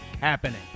happening